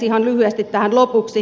ihan lyhyesti tähän lopuksi